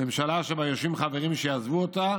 ממשלה שבה יושבים חברים שיעזבו אותה